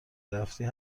رفتی